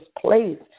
place